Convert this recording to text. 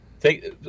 take